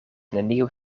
neniu